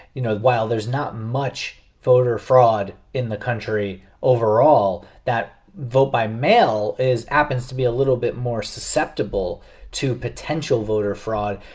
you know, while there's not much voter fraud in the country overall, that vote by mail is happens to be a little bit more susceptible to potential voter fraud.